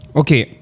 okay